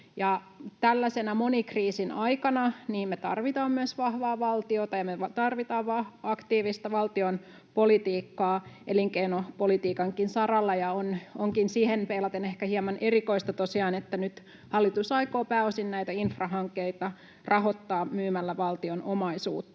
Tällaisena monikriisin aikana me tarvitaan myös vahvaa valtioita ja me tarvitaan aktiivista valtionpolitiikkaa elinkeinopolitiikankin saralla. Onkin siihen peilaten ehkä hieman erikoista tosiaan, että nyt hallitus aikoo pääosin näitä infrahankkeita rahoittaa myymällä valtion omaisuutta.